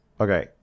Okay